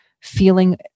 feeling